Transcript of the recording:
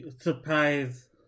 surprise